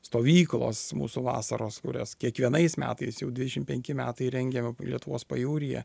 stovyklos mūsų vasaros kurias kiekvienais metais jau dvidešim penki metai rengiame lietuvos pajūryje